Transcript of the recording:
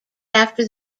after